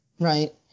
Right